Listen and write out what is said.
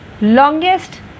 longest